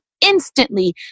instantly